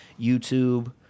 YouTube